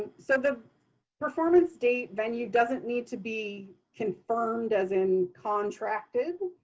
so the performance date, venue doesn't need to be confirmed as in contracted.